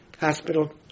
hospital